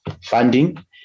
funding